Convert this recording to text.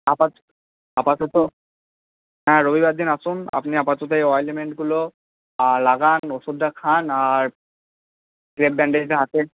আপাতত হ্যাঁ রবিবার দিন আসুন আপনি আপাতত এই অয়েনমেন্টগুলো লাগান ওষুধটা খান আর ক্রেপ ব্যান্ডেজটা হাতে